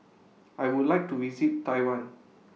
I Would like to visit Taiwan